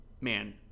man